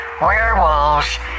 werewolves